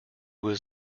was